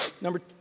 Number